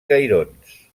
cairons